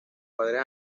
padres